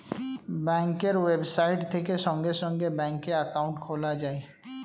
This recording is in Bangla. ব্যাঙ্কের ওয়েবসাইট থেকে সঙ্গে সঙ্গে ব্যাঙ্কে অ্যাকাউন্ট খোলা যায়